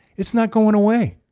it's not going away.